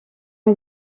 est